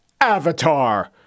Avatar